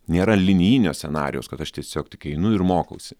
nėra linijinio scenarijaus kad aš tiesiog tik einu ir mokausi